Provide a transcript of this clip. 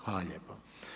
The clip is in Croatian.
Hvala lijepo.